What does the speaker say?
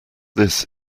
this